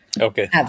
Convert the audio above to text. Okay